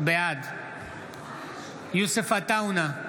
בעד יוסף עטאונה,